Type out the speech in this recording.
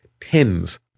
tens